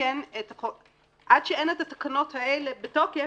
עד שאין התקנות האלה בתוקף,